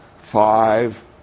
five